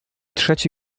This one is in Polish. trzeci